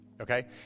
Okay